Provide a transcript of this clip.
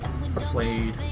played